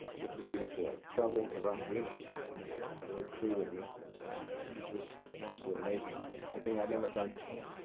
which was really cool. i've traveled around greenland and and had a little crew with me, and which was an absolute amazing experience, something that i'd never done before.